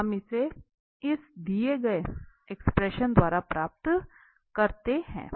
तो हम इसे प्राप्त करते हैं